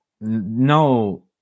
no